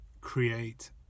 create